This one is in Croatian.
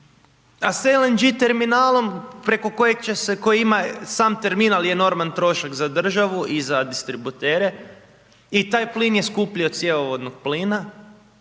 kojeg će se, koji ima, sam terminal je enorman trošak za državu i za distributere i taj plin je skuplji od cjevovodnog plina.